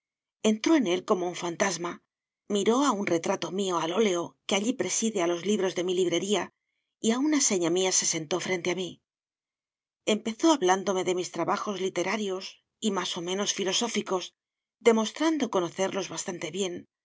entró en él como un fantasma miró a un retrato mío al óleo que allí preside a los libros de mi librería y a una seña mía se sentó frente a mí empezó hablándome de mis trabajos literarios y más o menos filosóficos demostrando conocerlos bastante bien